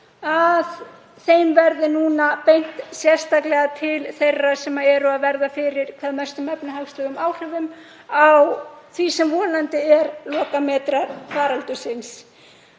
að þeim verði beint núna sérstaklega til þeirra sem verða fyrir hvað mestum efnahagslegum áhrifum af því sem vonandi eru lokametrar faraldursins.